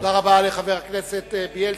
תודה רבה לחבר הכנסת בילסקי.